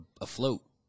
afloat